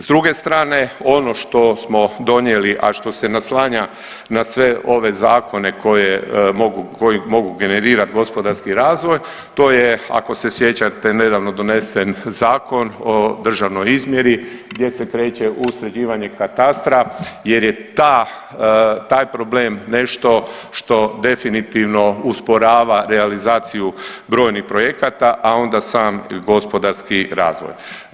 S druge strane ono što smo donijeli, a što se naslanja na sve ove zakone koji mogu generirat gospodarski razvoj to je ako se sjećate nedavno donesen Zakon o državnoj izmjeri gdje se kreće u sređivanje katastra jer je taj problem nešto što definitivno usporava realizaciju brojnih projekata, a onda i sam gospodarski razvoj.